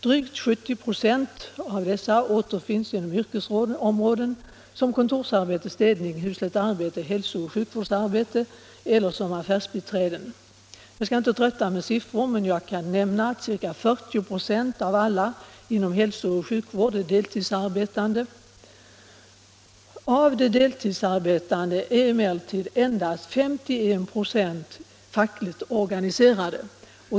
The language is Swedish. Drygt 70 96 återfinns inom yrkesområdena kontorsarbete, städning, husligt arbete, hälsooch sjukvårdsarbete eller som affärsbiträde. Jag skall inte trötta med siffror, men jag kan nämna att ca 40 926 av de anställda inom hälsooch sjukvården är deltidsarbetande. Endast 51 96 av dessa deltidsarbetande kvinnor är emellertid fackligt organiserade.